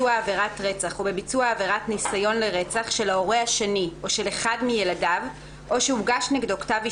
הצעת חוק הכשרות המשפטית והאפוטרופסות (שלילת אפוטרופסות